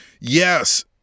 yes